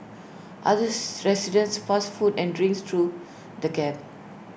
others residents passed food and drinks through the gap